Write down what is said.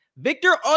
Victor